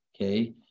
Okay